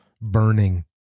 burning